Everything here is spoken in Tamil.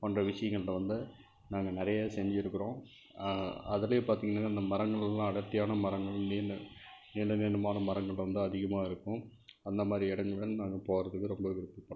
போன்ற விஷயங்களில் வந்து நாங்கள் நிறைய செஞ்சுருக்குறோம் அதிலையே பார்த்தீங்கன்னா அந்த மரங்களெலாம் அடர்த்தியான மரங்கள் நீண்டு நீண்ட நீண்டமான மரங்கள் வந்து அதிகமாக இருக்கும் அந்த மாதிரி இடங்கள் நாங்கள் போவதுக்கு ரொம்ப விருப்பப்படுவோம்